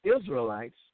Israelites